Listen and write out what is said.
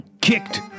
kicked